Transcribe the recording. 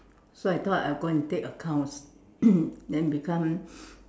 so I thought I go and take accounts then become